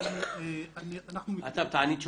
אנחנו מטפלים בפניות הורים בנושא תשלומי